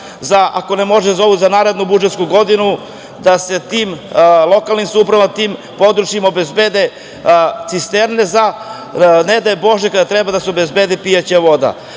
ako ne može za ovu, onda za narednu budžetsku godinu, da se tim lokalnim samoupravama, u tim područjima obezbede cisterne za, ne daj Bože kada treba da se obezbedi pijaća